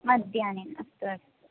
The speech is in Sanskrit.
मध्याह्ने अस्तु अस्तु